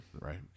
Right